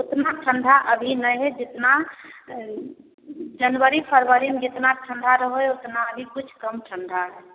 ओतना ठण्ड अभी नहि हइ जतना जनवरी फरवरीमे जतना ठण्डा रहै हइ ओतना अभी किछु कम ठण्डा हइ